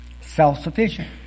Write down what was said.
self-sufficient